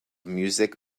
music